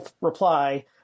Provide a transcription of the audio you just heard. reply